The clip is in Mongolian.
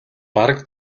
бараг